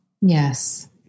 Yes